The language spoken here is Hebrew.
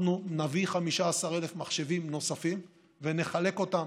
אנחנו נביא 15,000 מחשבים נוספים ונחלק אותם